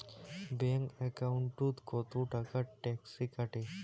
Bank একাউন্টত কতো টাকা ট্যাক্স কাটে?